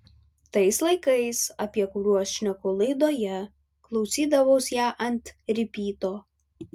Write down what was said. tais laikais apie kuriuos šneku laidoje klausydavaus ją ant ripyto